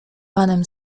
panem